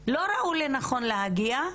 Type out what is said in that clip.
לא ראו לנכון להגיע.